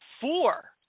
four